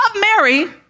Mary